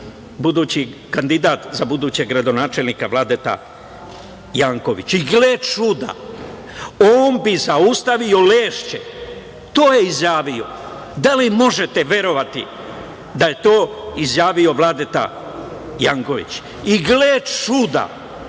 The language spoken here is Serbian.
budući kandidat za budućeg gradonačelnika Vladeta Janković. I gle čuda, on bi zaustavio Lešće, to je izjavio. Da li možete verovati da je to izjavio Vladeta Janković? I gle čuda,